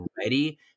ready